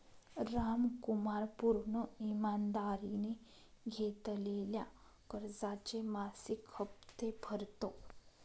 रामकुमार पूर्ण ईमानदारीने घेतलेल्या कर्जाचे मासिक हप्ते भरतो